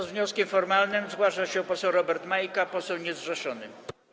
Z wnioskiem formalnym zgłasza się poseł Robert Majka, poseł niezrzeszony.